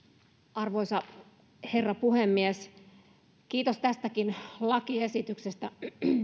arvoisa herra puhemies kiitos tästäkin lakiesityksestä